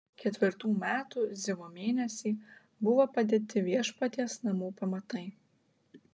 ketvirtų metų zivo mėnesį buvo padėti viešpaties namų pamatai